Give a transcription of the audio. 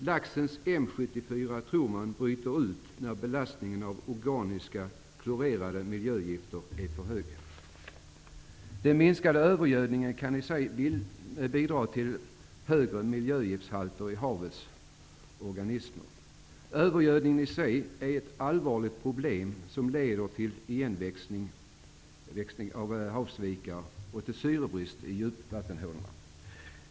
Laxsjukdomen M 74 tror man bryter ut när belastningen av organiska klorerade miljögifter är stor. -- Den minskade övergödningen kan i sig bidra till högre miljögiftshalter i havets organismer. -- Övergödningen i sig är ett allvarligt problem som leder till att havsvikar växer igen och till syrebrist i djupvattenhålorna.